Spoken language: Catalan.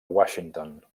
washington